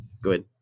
Good